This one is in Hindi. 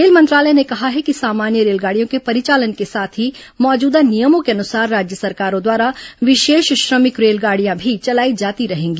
रेल मंत्रालय ने कहा है कि सामान्य रेलगाड़ियों के परिचालन के साथ ही मौजूदा नियमों के अनुसार राज्य सरकारों द्वारा विशेष श्रमिक रेलगाडियां भी चलाई जाती रहेंगी